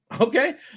okay